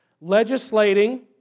Legislating